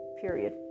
period